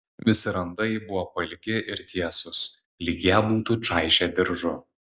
visi randai buvo pailgi ir tiesūs lyg ją būtų čaižę diržu